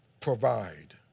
provide